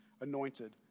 anointed